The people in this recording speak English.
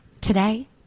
today